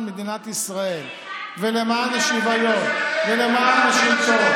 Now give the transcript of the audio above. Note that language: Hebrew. מדינת ישראל ולמען השוויון ולמען השלטון,